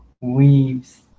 weaves